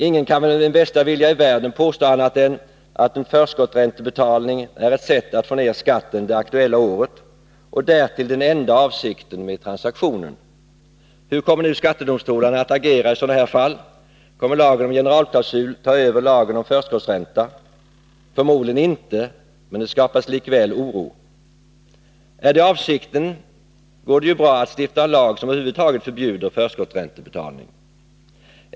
Ingen kan väl med bästa vilja i världen påstå annat än att en förskottsräntebetalning är ett sätt att få ner skatten det aktuella året och därtill den enda avsikten med transaktionen. Hur kommer nu skattedomstolarna att agera i sådana här fall? Kommer lagen om generalklausul att ta över lagen om förskottsränta? Förmodligen inte, men det skapas likväl oro. Är det avsikten går det ju bra att stifta en lag som över huvud förbjuder förskottsräntebetalning.